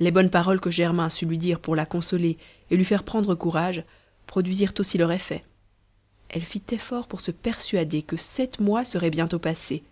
les bonnes paroles que germain sut lui dire pour la consoler et lui faire prendre courage produisirent aussi leur effet elle fit effort pour se persuader que sept mois seraient bientôt passés